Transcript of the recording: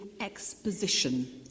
exposition